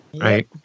Right